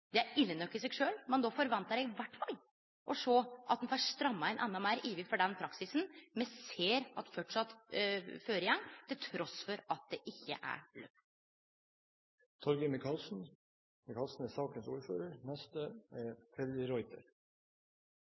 Det er ille nok i seg sjølv, men då forventar eg iallfall å sjå at ein får stramma inn endå meir innanfor den praksisen me ser at framleis går føre seg, trass i at det ikkje er